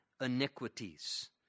iniquities